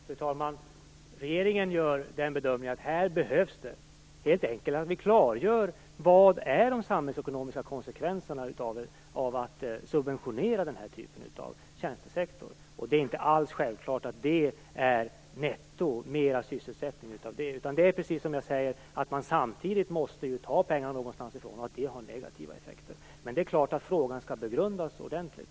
Fru talman! Regeringen gör den bedömningen att det helt enkelt behövs att vi klargör vad som är de samhällsekonomiska konsekvenserna av att subventionera den här typen av tjänstesektor. Det är inte alls självklart att det är mer sysselsättning netto, utan det är, precis som jag säger, att man samtidigt måste ta pengarna någonstans ifrån och att det har negativa effekter. Men frågan skall självfallet begrundas ordentligt.